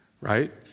Right